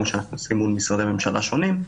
כמו שאנחנו עושים מול משרדי ממשלה שונים,